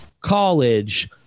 college